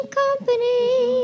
company